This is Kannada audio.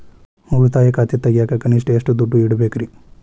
ಉಳಿತಾಯ ಖಾತೆ ತೆಗಿಯಾಕ ಕನಿಷ್ಟ ಎಷ್ಟು ದುಡ್ಡು ಇಡಬೇಕ್ರಿ?